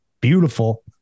beautiful